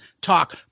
talk